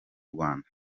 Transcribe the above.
rwanda